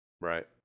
Right